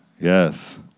Yes